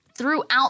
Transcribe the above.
throughout